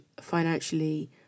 financially